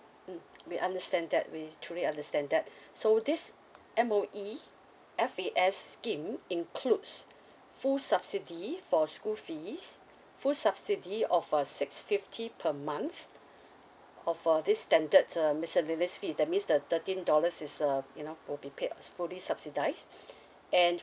mm we understand that we truly understand that so this M_O_E F_A_S scheme includes full subsidy for school fees full subsidy of uh six fifty per month of uh this standard um service fee that means the thirteen dollars is um you know will be paid fully subsidized and